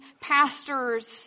pastors